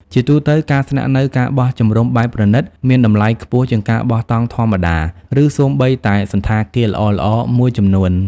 ជាទូទៅ ការស្នាក់នៅ ការបោះជំរំបែបប្រណីត មានតម្លៃខ្ពស់ជាងការបោះតង់ធម្មតា ឬសូម្បីតែសណ្ឋាគារល្អៗមួយចំនួន។